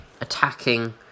attacking